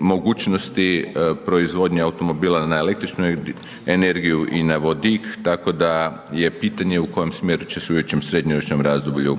mogućnosti proizvodnje automobila na električnu energiju i na vodik tako da je pitanje u kojem smjeru će se u idućem srednjoročnom razdoblju